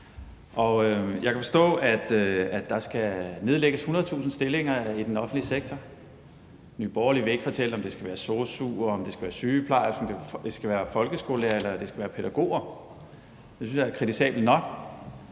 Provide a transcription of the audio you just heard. jeg kan forstå, at der skal nedlægges 100.000 stillinger i den offentlige sektor. Nye Borgerlige vil ikke fortælle, om det skal være sosu'er, om det skal være sygeplejersker, om det skal være folkeskolelærere, eller om det skal være pædagoger. Det synes jeg er kritisabelt nok,